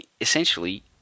essentially